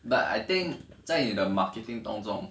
but I think 在你的 marketing dong zhong